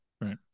Right